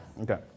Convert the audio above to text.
Okay